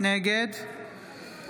נגד